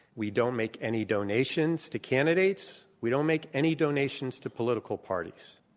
we don't make any donations to candidates. we don't make any donations to political parties.